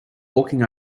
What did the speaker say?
walking